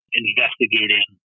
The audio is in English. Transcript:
investigating